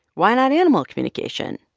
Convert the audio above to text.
why not animal communication?